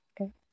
Okay